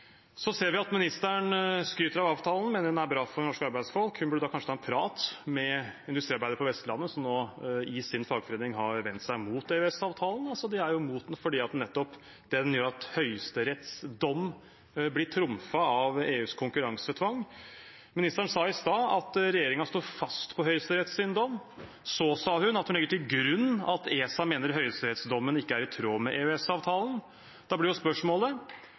ser at ministeren skryter av avtalen og mener den er bra for norske arbeidsfolk. Da burde hun kanskje ta en prat med industriarbeidere på Vestlandet som i sin fagforening nå har vendt seg mot EØS-avtalen. De er imot den fordi den gjør at Høyesteretts dom blir trumfet av EUs konkurransetvang. Ministeren sa i stad at regjeringen står fast på Høyesteretts dom. Så sa hun at hun legger til grunn at ESA mener høyesterettsdommen ikke er i tråd med EØS-avtalen. Da blir spørsmålet: